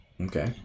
Okay